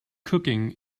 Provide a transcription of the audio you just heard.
cooking